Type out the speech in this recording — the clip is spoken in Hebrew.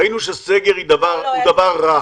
ראינו שסגר הוא דבר רע.